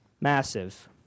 massive